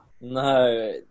No